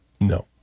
No